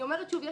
אני אומרת שוב,